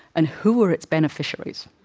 and who are its beneficiaries?